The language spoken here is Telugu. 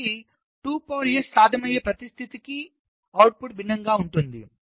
కాబట్టి సాధ్యమయ్యేప్రతిస్థితికి అవుట్పుట్ భిన్నంగా ఉంటుంది